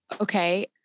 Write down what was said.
Okay